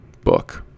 book